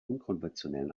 unkonventionellen